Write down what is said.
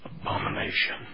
Abomination